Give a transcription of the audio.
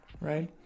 right